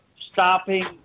stopping